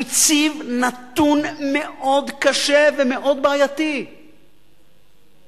הוא הציב נתון מאוד קשה ומאוד בעייתי כשהוא